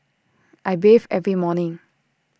I bathe every morning